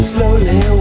Slowly